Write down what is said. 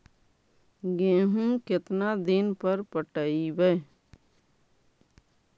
गेहूं केतना दिन पर पटइबै?